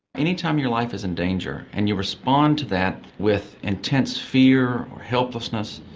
any time your life is in danger and you respond to that with intense fear or helplessness,